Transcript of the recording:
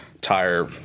tire